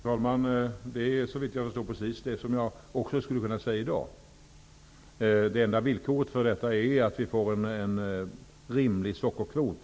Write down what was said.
Fru talman! Det är såvitt jag förstår precis det som jag skulle vilja säga också i dag. Det enda villkoret för detta är att vi får en rimlig sockerkvot.